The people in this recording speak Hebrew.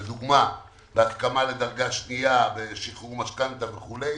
לדוגמה, בהסכמה לדרגה שנייה, בשחרור משכנתה וכולי.